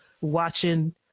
watching